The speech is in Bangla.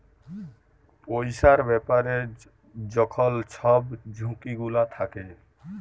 পইসার ব্যাপারে যখল ছব ঝুঁকি গুলা থ্যাকে